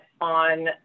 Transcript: on